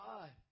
God